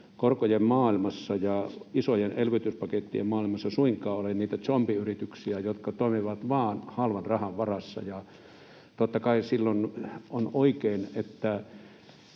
korkojen maailmassa ja isojen elvytyspakettien maailmassa ole niitä zombiyrityksiä, jotka toimivat vain halvan rahan varassa, ja totta kai silloin on oikein, että